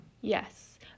Yes